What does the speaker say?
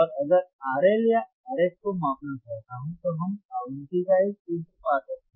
और अगर आप RL या RH को मापना चाहते हैं तो हम आवृत्ति का एक सूत्र पा सकते हैं